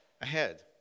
ahead